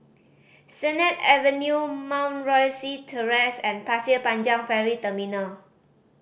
Sennett Avenue Mount Rosie Terrace and Pasir Panjang Ferry Terminal